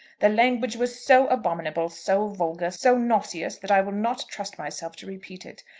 the language was so abominable, so vulgar, so nauseous, that i will not trust myself to repeat it.